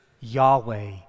Yahweh